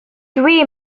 dwi